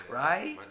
right